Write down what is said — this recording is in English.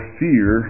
fear